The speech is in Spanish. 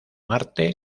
marte